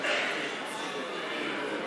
צועקים?